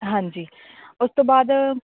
ਹਾਂਜੀ ਉਸ ਤੋਂ ਬਾਅਦ